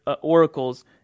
oracles